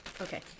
Okay